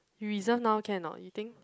reserve now can or not you think